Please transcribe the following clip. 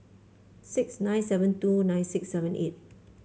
six nine seven two nine six seven eight